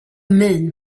men